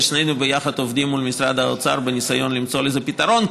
ושנינו ביחד עובדים מול משרד האוצר בניסיון למצוא לזה פתרון.